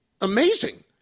amazing